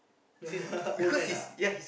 old man ah